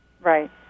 Right